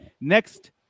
Next